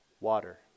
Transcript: water